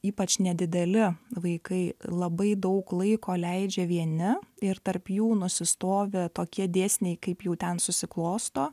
ypač nedideli vaikai labai daug laiko leidžia vieni ir tarp jų nusistovi tokie dėsniai kaip jau ten susiklosto